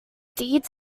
deeds